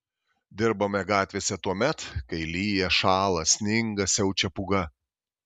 dirbame gatvėse tuomet kai lyja šąla sninga siaučia pūga